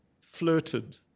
flirted